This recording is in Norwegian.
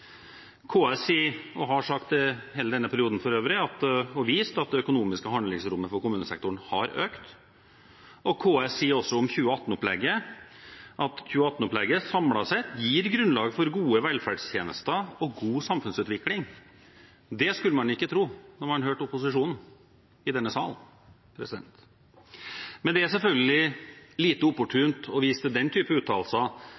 KS sier, og har for øvrig sagt og vist i hele denne perioden, at det økonomiske handlingsrommet for kommunesektoren har økt. KS sier også at 2018-opplegget samlet sett gir grunnlag for gode velferdstjenester og god samfunnsutvikling. Det skulle man ikke tro når man hørte opposisjonen i denne sal. Men det er selvfølgelig lite